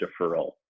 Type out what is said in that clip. deferral